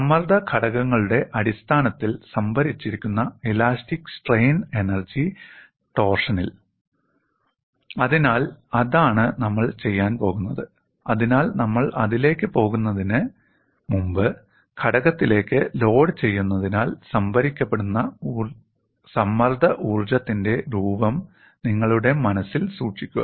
സമ്മർദ്ദ ഘടകങ്ങളുടെ അടിസ്ഥാനത്തിൽ സംഭരിച്ചിരിക്കുന്ന ഇലാസ്റ്റിക് സ്ട്രെയിൻ എനർജി ടോർഷനിൽ അതിനാൽ അതാണ് നമ്മൾ ചെയ്യാൻ പോകുന്നത് അതിനാൽ നമ്മൾ അതിലേക്ക് പോകുന്നതിനുമുമ്പ് ഘടകത്തിലേക്ക് ലോഡുചെയ്യുന്നതിനാൽ സംഭരിക്കപ്പെടുന്ന സമ്മർദ്ദ ഊർജ്ജത്തിന്റെ രൂപം നിങ്ങളുടെ മനസ്സിൽ സൂക്ഷിക്കുക